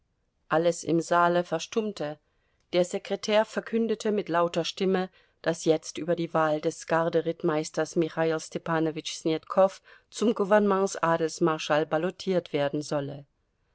alles im saale verstummte der sekretär verkündete mit lauter stimme daß jetzt über die wahl des garde rittmeisters michail stepanowitsch snetkow zum gouvernements adelsmarschall ballotiert werden solle